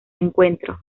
encuentro